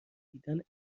دیدن